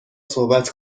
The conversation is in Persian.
صحبت